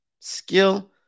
Skill